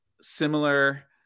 similar